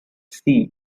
sea